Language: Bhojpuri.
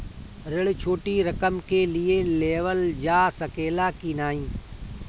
ऋण छोटी रकम के लिए लेवल जा सकेला की नाहीं?